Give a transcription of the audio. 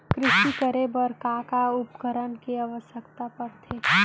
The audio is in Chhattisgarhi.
कृषि करे बर का का उपकरण के आवश्यकता परथे?